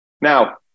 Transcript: Now